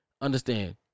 understand